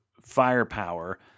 firepower